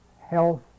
health